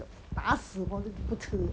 打死我都不吃